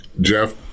Jeff